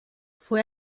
fue